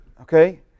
Okay